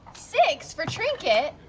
six for trinket!